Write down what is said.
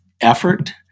effort